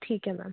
ठीक है मैम